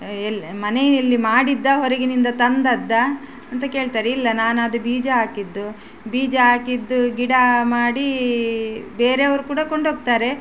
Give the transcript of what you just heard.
ಎಲ್ಲಿ ಮನೆಯಲ್ಲಿ ಮಾಡಿದ್ದಾ ಹೊರಗಿನಿಂದ ತಂದದ್ದಾ ಅಂತ ಕೇಳ್ತಾರೆ ಇಲ್ಲ ನಾನದು ಬೀಜ ಹಾಕಿದ್ದು ಬೀಜ ಹಾಕಿದ್ದು ಗಿಡ ಮಾಡಿ ಬೇರೆಯವ್ರು ಕೂಡ ಕೊಂಡೋಗ್ತಾರೆ